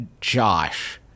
Josh